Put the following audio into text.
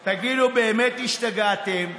תגידו, באמת השתגעתם?